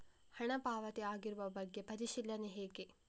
ಹಣ ಪಾವತಿ ಆಗಿರುವ ಬಗ್ಗೆ ಪರಿಶೀಲನೆ ಹೇಗೆ?